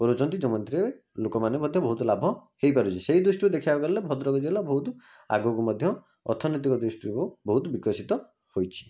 କରୁଛନ୍ତି ଥିରେ ଲୋକମାନେ ମଧ୍ୟ ବହୁତ ଲାଭ ହେଇପାରୁଛି ସେଇ ଦୃଷ୍ଟିରୁ ଦେଖିବାକୁ ଗଲେ ଭଦ୍ରକ ଜିଲ୍ଲା ବହୁତ ଆଗକୁ ମଧ୍ୟ ଅର୍ଥନୀତିକ ଦୃଷ୍ଟିରୁ ବହୁତ ବିକଶିତ ହୋଇଛି